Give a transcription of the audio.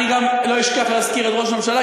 אני לא אשכח להזכיר את ראש הממשלה,